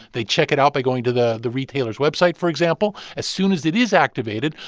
they check it out by going to the the retailer's website, for example. as soon as it is activated,